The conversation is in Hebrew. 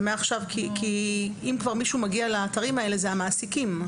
אם כבר מישהו מגיע לאתרים האלה, אלה המעסיקים.